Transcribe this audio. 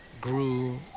grew